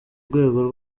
rwego